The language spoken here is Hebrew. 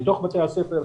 בתוך בתי הספר,